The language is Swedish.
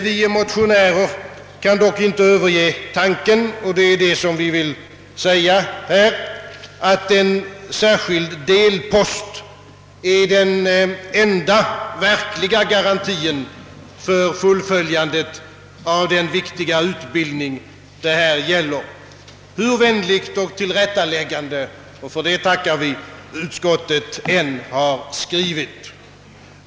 Vi motionärer kan dock inte överge tanken — och det är detta vi vill påpeka här — att en särskild delpost är den enda verkliga garantien för fullföljandet av den viktiga utbildning det här gäller, hur vänligt och tillrättaläggande — för det tackar vi — utskottet än har skrivit.